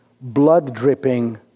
blood-dripping